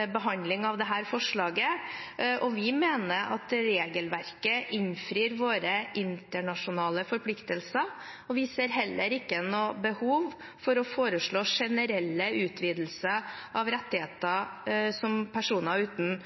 i behandlingen av dette forslaget, og vi mener at regelverket innfrir våre internasjonale forpliktelser. Vi ser heller ikke noe behov for å foreslå generelle utvidelser av rett til helsetjenester som personer uten